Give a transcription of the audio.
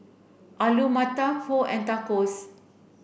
Alu Matar Pho and Tacos